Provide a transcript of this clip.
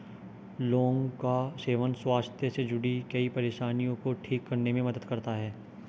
लौंग का सेवन स्वास्थ्य से जुड़ीं कई परेशानियों को ठीक करने में मदद करता है